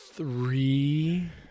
Three